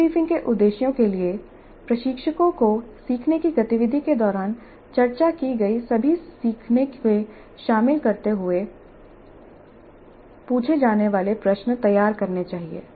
debriefing के उद्देश्यों के लिए प्रशिक्षकों को सीखने की गतिविधि के दौरान चर्चा की गई सभी सीखने को शामिल करते हुए पूछे जाने वाले प्रश्न तैयार करने चाहिए